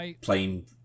plain